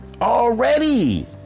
Already